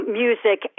music